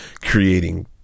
creating